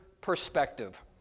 perspective